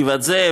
גבעת זאב,